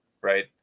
right